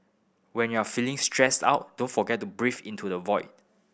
when you are feeling stressed out don't forget to breathe into the void